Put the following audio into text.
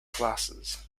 classes